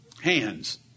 hands